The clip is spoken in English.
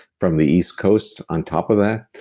from the east coast on top of that